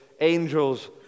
angels